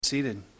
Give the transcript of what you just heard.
Seated